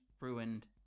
ruined